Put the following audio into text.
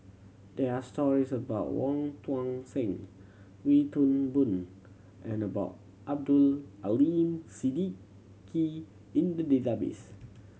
there are stories about Wong Tuang Seng Wee Toon Boon and Ball Abdul Aleem Siddique in the database